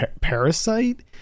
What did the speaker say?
parasite